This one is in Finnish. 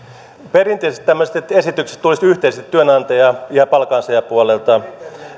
perinteisesti tämmöiset esitykset tulisivat yhteisesti työnantaja ja palkansaajapuolelta